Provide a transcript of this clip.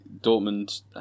Dortmund